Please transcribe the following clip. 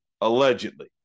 allegedly